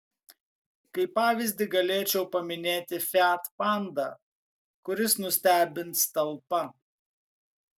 kaip pavyzdį galėčiau paminėti fiat panda kuris nustebins talpa